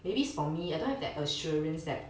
maybe it's for me I don't have that assurance that